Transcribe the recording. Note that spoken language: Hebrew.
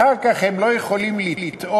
הם אחר כך לא יכולים לטעון